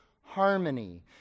harmony